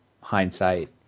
hindsight